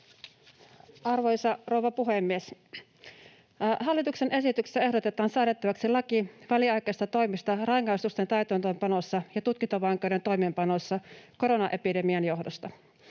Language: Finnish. Arvoisa rouva puhemies! Hallituksen esityksessä ehdotetaan säädettäväksi laki väliaikaisista toimista rangaistusten täytäntöönpanossa ja tutkintavankeuden toimeenpanossa koronaepidemian johdosta.